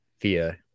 via